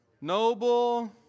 noble